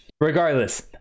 Regardless